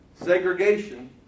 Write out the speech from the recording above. Segregation